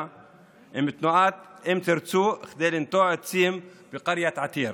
עם תנועת אם תרצו כדי לנטוע עצים בקריית עתיר.